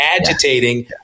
agitating